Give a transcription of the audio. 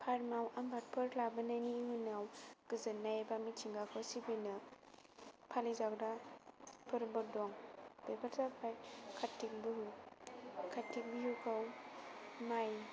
फार्माव आबादफोर लाबोनायनि इयुनाव गोजोननाय एबा मिथिंगाखौ सिबिनो माबा फालिजाग्रा फोरबो दं बेफोर जाबाय कार्तिक बिहु कार्तिक बिहुखौ माइ